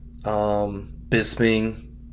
Bisping